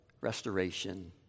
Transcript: restoration